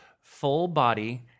full-body